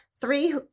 three